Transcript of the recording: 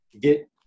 get